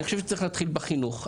אני חושב שצריך להתחיל בחינוך.